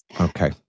Okay